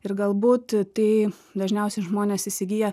ir galbūt tai dažniausiai žmonės įsigyja